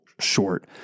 short